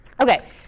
Okay